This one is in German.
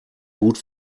gut